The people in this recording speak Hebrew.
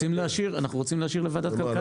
אנחנו רוצים להשאיר לוועדת כלכלה.